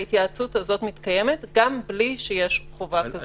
ההתייעצות הזאת מתקיימת גם בלי שיש חובה כזאת לפי התקנות האלה.